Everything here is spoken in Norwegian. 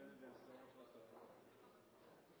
Venstre